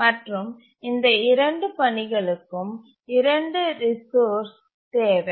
மற்றும் இந்த இரண்டு பணிகளுக்கும் இரண்டு ரிசோர்ஸ் தேவை